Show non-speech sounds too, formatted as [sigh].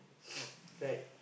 [noise] right